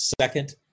second